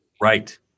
right